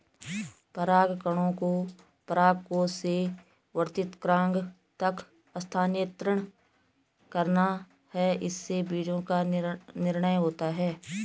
परागकणों को परागकोश से वर्तिकाग्र तक स्थानांतरित करना है, इससे बीजो का निर्माण होता है